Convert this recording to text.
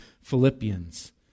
Philippians